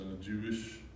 Jewish